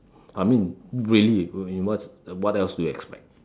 I mean really in what what else do you expect